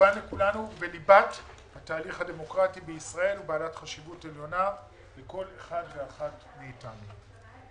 בליבת התהליך הדמוקרטי בישראל ובעל חשיבות עליונה לכל אחד ואחת מאיתנו.